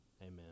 Amen